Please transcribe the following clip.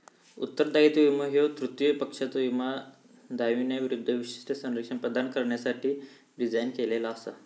उत्तरदायित्व विमो ह्यो तृतीय पक्षाच्यो विमो दाव्यांविरूद्ध विशिष्ट संरक्षण प्रदान करण्यासाठी डिझाइन केलेला असा